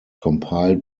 compiled